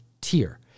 tier